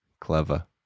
clever